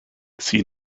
see